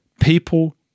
people